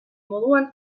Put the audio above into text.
moduan